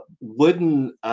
wooden